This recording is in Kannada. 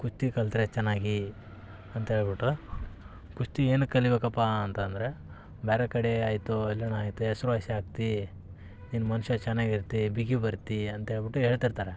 ಕುಸ್ತಿ ಕಲಿತ್ರೆ ಚೆನ್ನಾಗಿ ಅಂತೇಳ್ಬಿಟ್ಟು ಕುಸ್ತಿ ಏನಕ್ಕೆ ಕಲಿಬೇಕಪ್ಪ ಅಂತಂದರೆ ಬೇರೆ ಕಡೆ ಆಯಿತು ಎಲ್ಲನ ಆಯಿತು ಹೆಸ್ರ್ವಾಸಿ ಆಗ್ತಿ ಇನ್ನು ಮನುಷ್ಯ ಚೆನ್ನಾಗಿ ಇರ್ತಿ ಬಿಗಿ ಬರ್ತಿ ಅಂತೇಳ್ಬಿಟ್ಟು ಹೇಳ್ತಿರ್ತರ